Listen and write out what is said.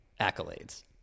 accolades